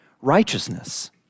righteousness